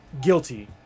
guilty